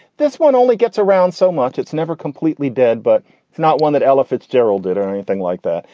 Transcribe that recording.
this one only gets around so much. it's never completely dead, but it's not one that ella fitzgerald did or anything like that.